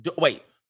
Wait